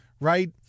right